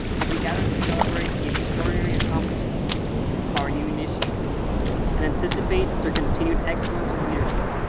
as we gather to celebrate the extraordinary accomplishments of our new initiates and anticipate their continued excellence and leadership,